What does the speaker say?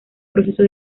proceso